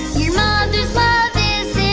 your mother's love is